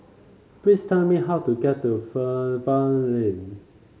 please tell me how to get to Fernvale Lane